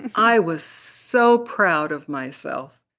i was so proud of myself